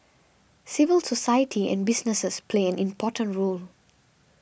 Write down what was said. civil society and businesses play an important role